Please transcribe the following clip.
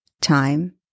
time